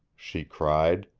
she cried,